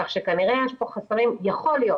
יכול להיות